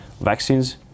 Vaccines